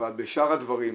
אבל בשאר הדברים,